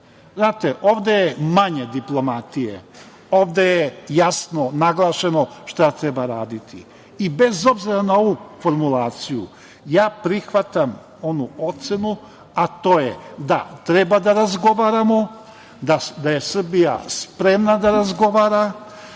Znate, ovde je manje diplomatije. Ovde je jasno naglašeno šta treba raditi. I bez obzira na ovu formulaciju, ja prihvatam onu ocenu, a to je da treba da razgovaramo, da je Srbija spremna da razgovara,